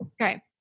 Okay